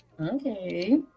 Okay